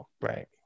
Right